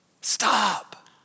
Stop